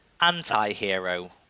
Anti-hero